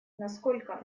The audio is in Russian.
насколько